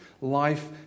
life